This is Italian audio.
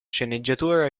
sceneggiatura